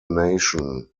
nation